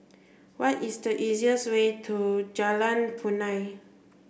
what is the easiest way to Jalan Punai